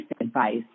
advice